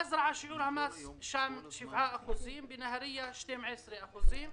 במזרעה שיעור המס הוא 7% ובנהרייה 12%;